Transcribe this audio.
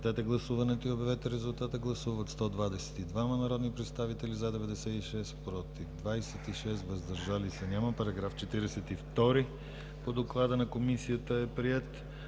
Параграф 76 по Доклада на Комисията е приет.